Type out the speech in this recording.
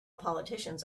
politicians